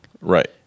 Right